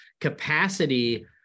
capacity